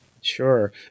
Sure